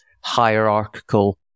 hierarchical